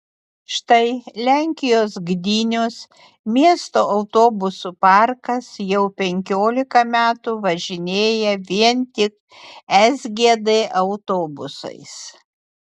štai lenkijos gdynios miesto autobusų parkas jau penkiolika metų važinėja vien tik sgd autobusais